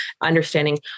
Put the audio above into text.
understanding